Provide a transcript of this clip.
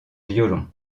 violon